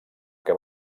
que